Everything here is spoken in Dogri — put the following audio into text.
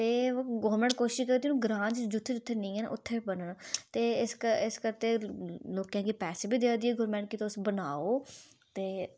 ते गौरमेंट कोशिश करा दी की हू'न ग्रांऽ बिच जित्थें जित्थें नेईं है'न उत्थें बी बनाना ते इस आस्तै गौरमेंट पैसे बी देआ दी ऐ की तुस बनाओ ते